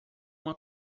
uma